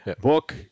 book